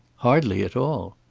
hardly at all.